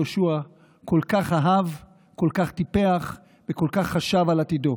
יהושע כל כך אהב, כל כך טיפח וכל כך חשב על עתידו.